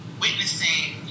witnessing